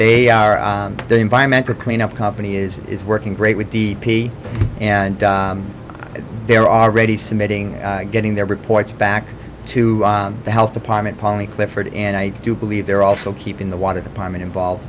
they are the environmental cleanup company is is working great with d d p and they're already submitting getting their reports back to the health department polly clifford and i do believe they're also keeping the water department involved